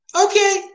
Okay